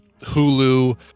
Hulu